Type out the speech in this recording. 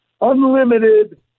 unlimited